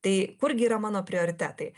tai kurgi yra mano prioritetai